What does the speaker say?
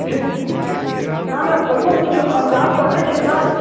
ठीक ठीक ने ने तैयो किछो अन्जाद लगै छै नहि